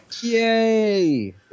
Yay